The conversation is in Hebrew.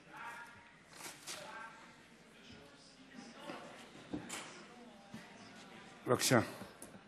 בבקשה.